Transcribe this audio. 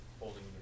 holding